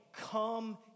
come